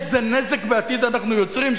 איזה נזק בעתיד אנחנו יוצרים,